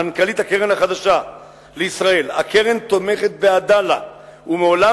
מנכ"לית הקרן החדשה לישראל: "הקרן תומכת ב'עדאלה' ומעולם